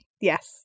Yes